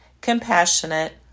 compassionate